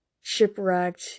shipwrecked